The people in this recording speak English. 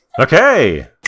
Okay